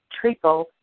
treacle